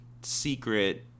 secret